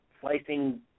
slicing